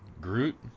Groot